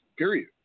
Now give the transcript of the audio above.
Period